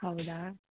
ಹೌದಾ